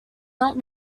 not